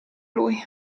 lui